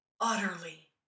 utterly